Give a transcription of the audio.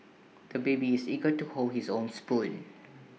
the baby is eager to hold his own spoon